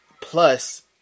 plus